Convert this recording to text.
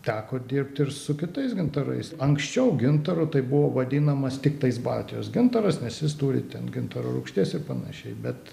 teko dirbt ir su kitais gintarais anksčiau gintaru tai buvo vadinamas tiktais baltijos gintaras nes jis turi ten gintaro rūgšties ir panašiai bet